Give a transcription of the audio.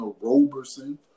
Roberson